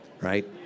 right